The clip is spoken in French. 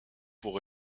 pour